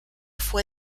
fue